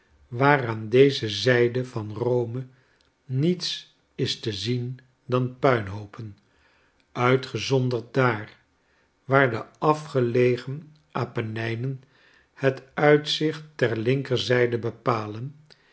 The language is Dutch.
waar aan deze zijde van rome niets is te zien dan puinhoopen uitgezonderd daar waar de afgelegen apennijnen het uitzicht ter linkerziide bepalen